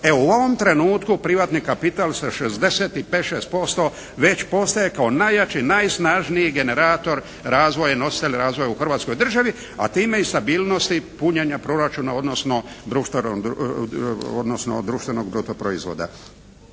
Evo u ovom trenutku privatni kapital sa 60 i 5, 6 posto već postaje kao najjači, najsnažniji generator razvoja i nositelja razvoja u Hrvatskoj državi, a time i stabilnosti punjenja proračuna, odnosno društvenog bruto proizvoda.